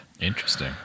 Interesting